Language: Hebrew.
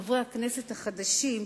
חברי הכנסת החדשים,